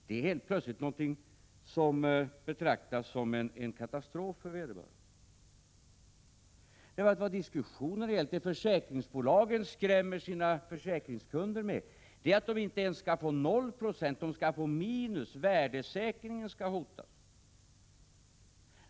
Det är helt plötsligt någonting som betraktas som en katastrof för vederbörande. Vad diskussionen har gällt är vad försäkringsbolagen skrämmer sina försäkringskunder med, nämligen att de inte ens skall få 0 96 utan att det blir minus — värdesäkringen skall hotas.